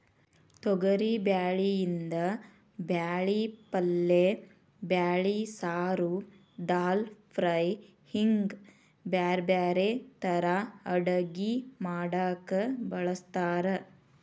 ತೊಗರಿಬ್ಯಾಳಿಯಿಂದ ಬ್ಯಾಳಿ ಪಲ್ಲೆ ಬ್ಯಾಳಿ ಸಾರು, ದಾಲ್ ಫ್ರೈ, ಹಿಂಗ್ ಬ್ಯಾರ್ಬ್ಯಾರೇ ತರಾ ಅಡಗಿ ಮಾಡಾಕ ಬಳಸ್ತಾರ